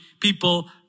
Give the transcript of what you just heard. people